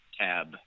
tab